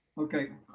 okay.